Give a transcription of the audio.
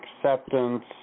acceptance